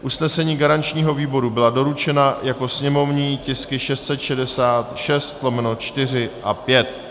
Usnesení garančního výboru byla doručena jako sněmovní tisky 666/4 a 666/5.